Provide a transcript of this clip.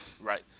Right